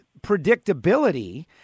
predictability